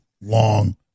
long